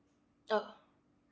ah